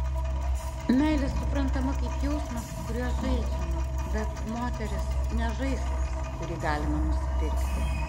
meilė suprantama kaip jausmas kuriuo žaidžiama bet moteris ne žaislas kurį galima nusipirkti